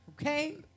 Okay